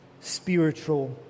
spiritual